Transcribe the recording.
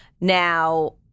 now